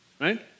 right